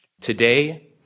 Today